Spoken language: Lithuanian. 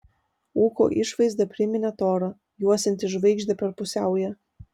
ūko išvaizda priminė torą juosiantį žvaigždę per pusiaują